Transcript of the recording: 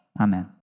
Amen